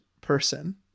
person